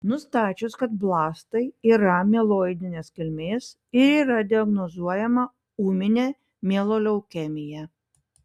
nustačius kad blastai yra mieloidinės kilmės ir yra diagnozuojama ūminė mieloleukemija